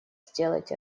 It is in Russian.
сделать